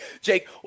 Jake